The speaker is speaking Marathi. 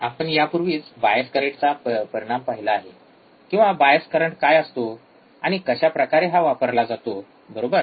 आपण यापूर्वीच बायस करंटचा परिणाम पाहिला आहे किंवा बायस करंट काय असतो आणि कशा प्रकारे हा वापरला जातो बरोबर